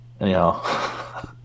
anyhow